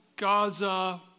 Gaza